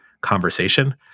conversation